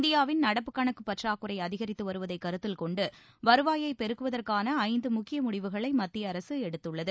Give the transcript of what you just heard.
இந்தியாவின் நடப்புக் கணக்குப் பற்றாக்குறை அதிகரித்து வருவதை கருத்தில் கொண்டு வருவாயைப் பெருக்குவதற்கான ஐந்து முக்கிய முடிவுகளை மத்திய அரசு எடுத்துள்ளது